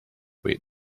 wait